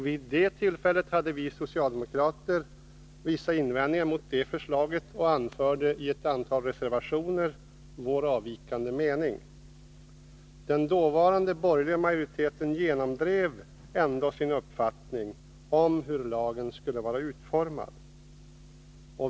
Vid det tillfället hade vi från socialdemokratiskt håll vissa invändningar mot förslaget och anförde i ett antal reservationer vår avvikande mening. Den dåvarande borgerliga majoriteten genomdrev ändock sin 155 uppfattning om hur lagen skulle vara utformad.